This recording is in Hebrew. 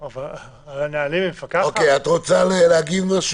נוחי, את רוצה להגיב?